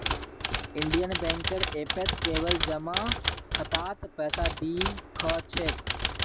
Indian बैंकेर ऐपत केवल जमा खातात पैसा दि ख छेक